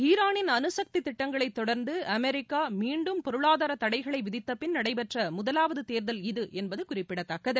ஈராளின் அனுசக்தி திட்டங்களை தொடர்ந்து அமெரிக்கா மீண்டும் பொருளாதார தடைகளை விதித்த பின் நடைபெற்ற முதலாவது தேர்தல் இது என்பது குறிப்பிடத்தக்கது